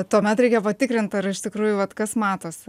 tuomet reikia patikrint ar iš tikrųjų vat kas matosi